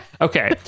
Okay